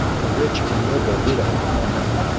a rich and noble widow of mecca,